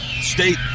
state